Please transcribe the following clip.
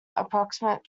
approximate